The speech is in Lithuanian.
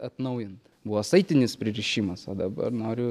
atnaujint buvo saitinis pririšimas o dabar noriu